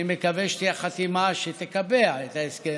אני מקווה שתהיה החתימה שתקבע את ההסכם,